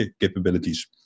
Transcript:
capabilities